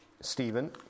Stephen